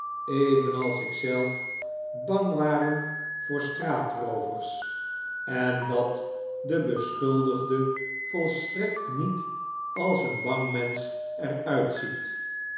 evenals ik zelf bang waren voor straateene teleurstelling roovers en dat de beschuldigde volstrekt niet als een bang mensch